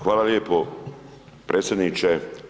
Hvala lijepo predsjedniče.